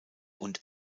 und